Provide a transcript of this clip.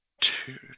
two